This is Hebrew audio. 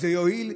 זה יועיל,